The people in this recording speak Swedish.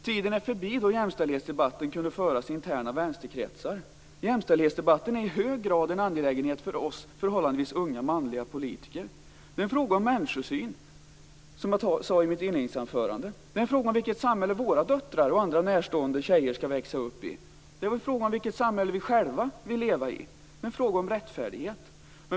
Tiden är förbi då jämställdhetsdebatten kunde föras i interna vänsterkretsar. Jämställdhetsdebatten är i hög grad en angelägenhet för oss förhållandevis unga manliga politiker. Det är en fråga om människosyn, som jag sade i mitt inledningsanförande. Det är en fråga om vilket samhälle våra döttrar och andra närstående tjejer skall växa upp i. Det är en fråga om vilket samhälle vi själva vill leva i. Det är en fråga om rättfärdighet.